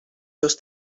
seus